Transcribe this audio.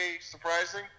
surprising